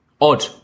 odd